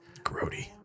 grody